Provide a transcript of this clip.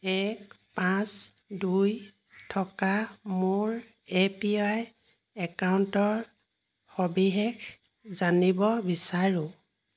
এক পাঁচ দুই থকা মোৰ এ পি ৱাই একাউণ্টৰ সবিশেষ জানিব বিচাৰোঁ